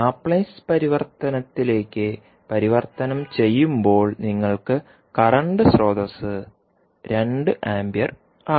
Laplace പരിവർത്തനത്തിലേക്ക് പരിവർത്തനം ചെയ്യുമ്പോൾ നിങ്ങൾക്ക് കറന്റ് സ്രോതസ്സ് 2 ആമ്പിയർ ആകും